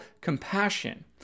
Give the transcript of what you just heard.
compassion